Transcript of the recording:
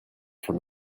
from